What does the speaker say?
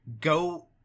go